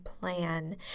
plan